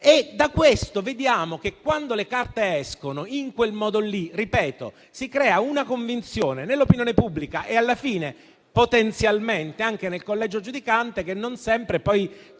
Da questo vediamo che, quando le carte escono in quel modo, si crea una convinzione nell'opinione pubblica e alla fine, potenzialmente, anche nel collegio giudicante. E non sempre poi